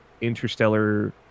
interstellar